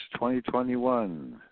2021